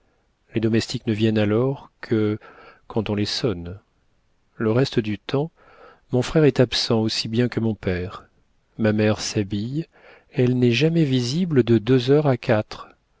les domestiques ne viennent alors que quand on les sonne le reste du temps mon frère est absent aussi bien que mon père ma mère s'habille elle n'est jamais visible de deux heures à quatre